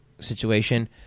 situation